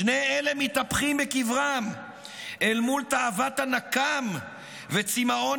שני אלה מתהפכים בקברם אל מול תאוות הנקם וצימאון